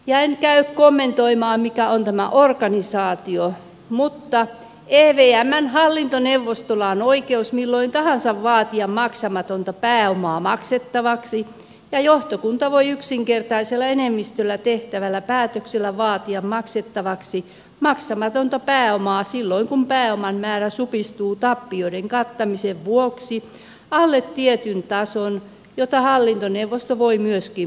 en käy kommentoimaan mikä on tämä organisaatio mutta evmn hallintoneuvostolla on oikeus milloin tahansa vaatia maksamatonta pääomaa maksettavaksi ja johtokunta voi yksinkertaisella enemmistöllä tehtävällä päätöksellä vaatia maksettavaksi maksamatonta pääomaa silloin kun pääoman määrä supistuu tappioiden kattamisen vuoksi alle tietyn tason jota hallintoneuvosto voi myöskin muuttaa